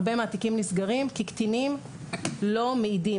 הרבה מהתיקים נסגרים כי קטינים לא מעידים